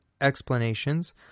explanations